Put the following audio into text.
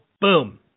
boom